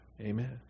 Amen